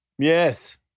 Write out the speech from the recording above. Yes